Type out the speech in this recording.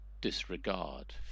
disregard